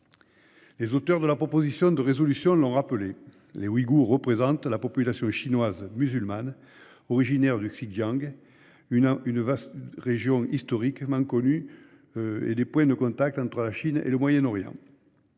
Les auteurs de la proposition de résolution l'ont rappelé, les Ouïghours représentent la population chinoise musulmane, originaire du Xinjiang, une vaste région historiquement connue comme point de contact entre la Chine et le Moyen-Orient.